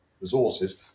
resources